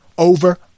Over